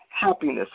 happiness